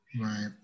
Right